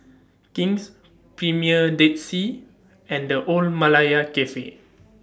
King's Premier Dead Sea and The Old Malaya Cafe